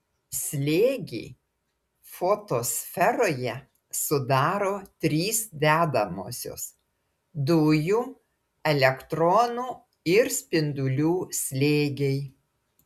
slėgį fotosferoje sudaro trys dedamosios dujų elektronų ir spindulių slėgiai